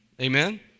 Amen